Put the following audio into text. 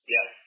Yes